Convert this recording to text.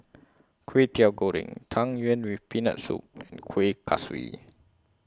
Kwetiau Goreng Tang Yuen with Peanut Soup and Kuih Kaswi